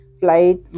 flight